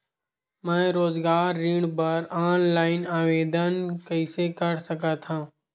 मैं रोजगार ऋण बर ऑनलाइन आवेदन कइसे कर सकथव?